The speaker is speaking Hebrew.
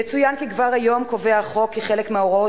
יצוין כי כבר היום קובע החוק כי חלק מההוראות